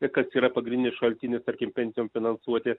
ir kas yra pagrindinį šaltinį tarkim penkiems finansuoti